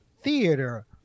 Theater